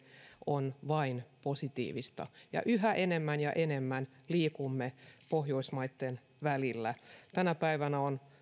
on vain positiivista yhä enemmän ja enemmän liikumme pohjoismaitten välillä tänä päivänä on